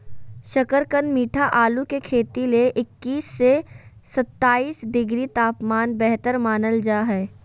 शकरकंद मीठा आलू के खेती ले इक्कीस से सत्ताईस डिग्री तापमान बेहतर मानल जा हय